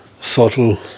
subtle